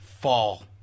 Fall